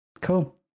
Cool